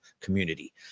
community